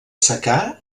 secà